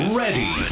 ready